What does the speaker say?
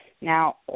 Now